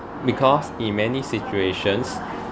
because in many situations